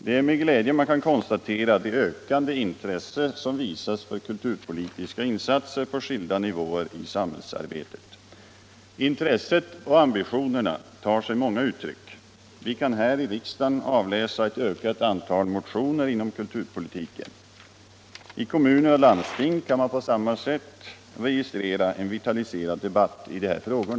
Det är med glädje man kan konstatera det ökande intresse som visas för kulturpolitiska insatser på skilda nivåer i samhällsarbetet. Intresset och ambitionerna tar sig många uttryck. Vi kan här i riksdagen avläsa ett ökat antal motioner inom kulturpolitiken. I kommuner och landsting kan man på samma sätt registrera en vitaliserad debatt i dessa frågor.